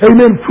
Amen